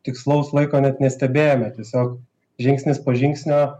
tikslaus laiko net nestebėjome tiesiog žingsnis po žingsnio